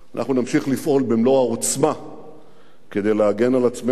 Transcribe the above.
אנחנו נמשיך לפעול במלוא העוצמה כדי להגן על עצמנו,